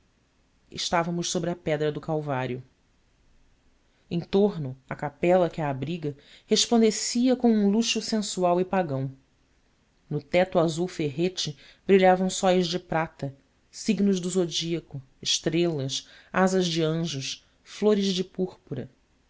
estávamos sobre a pedra do calvário em torno a capela que a abriga resplandecia com um luxo sensual e pagão no teto azul-ferrete brilhavam sóis de prata signos do zodíaco estrelas asas de anjos flores de púrpura